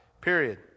Period